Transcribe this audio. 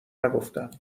نگفتم